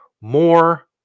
more